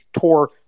tour